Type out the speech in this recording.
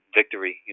victory